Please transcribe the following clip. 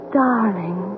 darling